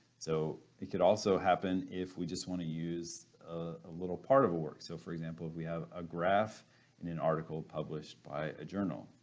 so it could also happen if we just want to use a little part of a work, so for example, we have a graph in an article published by a journal.